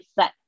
set